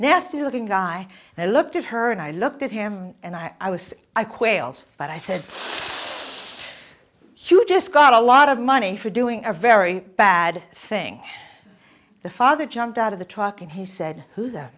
nasty looking guy and i looked at her and i looked at him and i was qualls but i said whew just got a lot of money for doing a very bad thing the father jumped out of the truck and he said who's th